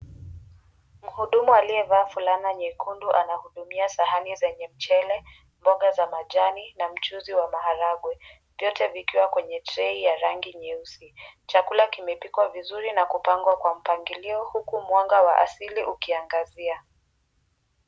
Mhudumu aliyevaa fulana nyekundu anahudumia sahani zenye mchele, mboga za majani na mchuzi wa maharagwe vyote vikiwa kwenye tray ya rangi nyeusi. Chakula kimepikwa vizuri na kupangwa kwa mpangilio huku mwanga wa asili ukiangazia.